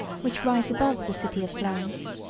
which rise above the city of florence.